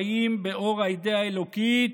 חיים לאור האידיאה האלוקית,